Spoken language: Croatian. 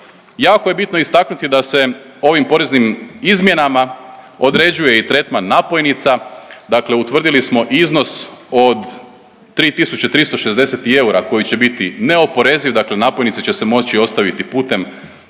Jako je bitno istaknuti da se ovim poreznim izmjenama određuje i tretman napojnica, dakle utvrdili smo iznos od 3.360 eura koji će biti neoporeziv, dakle napojnice će se moći ostaviti putem